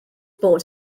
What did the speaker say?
bod